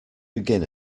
begin